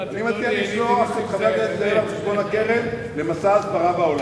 אני מציע לשלוח את חבר הכנסת זאב על חשבון הקרן למסע הסברה בעולם.